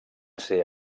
ser